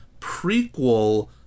prequel